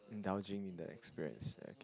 indulging in the experience